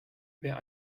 wer